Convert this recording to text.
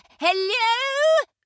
Hello